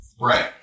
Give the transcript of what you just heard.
Right